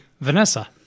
Vanessa